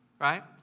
Right